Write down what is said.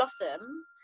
blossom